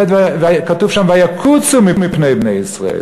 וכתוב שם: "ויקֻצו מפני בני ישראל".